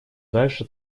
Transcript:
дальше